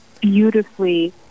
beautifully